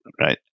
Right